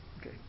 okay